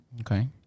Okay